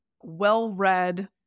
well-read